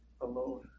alone